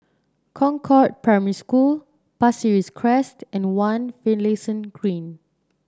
Concord Primary School Pasir Ris Crest and One Finlayson Green